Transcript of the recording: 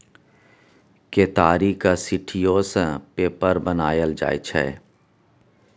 केतारीक सिट्ठीयो सँ पेपर बनाएल जाइ छै